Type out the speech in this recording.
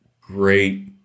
great